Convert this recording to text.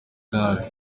nabi